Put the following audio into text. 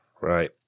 Right